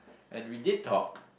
and we did talk